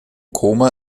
koma